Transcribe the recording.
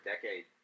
decade